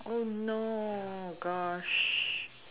oh no gosh